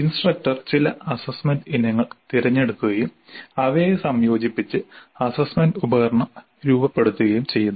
instructor ചില assessment ഇനങ്ങൾ തിരഞ്ഞെടുക്കുകയും അവയെ സംയോജിപ്പിച്ച് അസ്സസ്സ്മെന്റ് ഉപകരണം രൂപപ്പെടുത്തുകയും ചെയ്യുന്നു